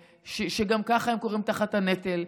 שגם ככה הם כורעים תחת הנטל,